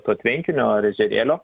to tvenkinio ar ežerėlio